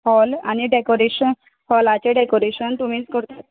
hall आनी decoration हॉलाचे decoration तुमीच करतात